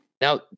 Now